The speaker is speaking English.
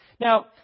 Now